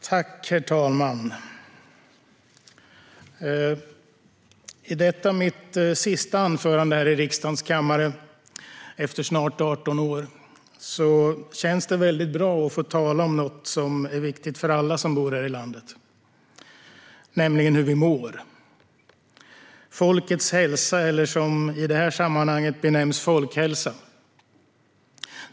Herr talman! I detta mitt sista anförande här i riksdagens kammare efter snart 18 år känns det väldigt bra att få tala om något som är viktigt för alla som bor här i landet, nämligen hur vi mår, alltså folkets hälsa, eller som det i det här sammanhanget benämns, folkhälsa.